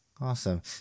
Awesome